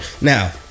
Now